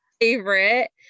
favorite